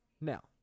Now